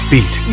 Beat